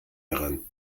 daran